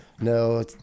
No